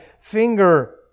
finger